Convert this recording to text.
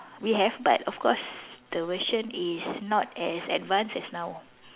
we have but of course the version is not as advanced as now